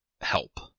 help